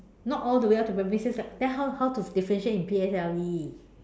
not all the way up to primary six ah then how how to different in P_S_L_E